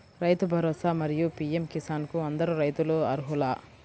రైతు భరోసా, మరియు పీ.ఎం కిసాన్ కు అందరు రైతులు అర్హులా?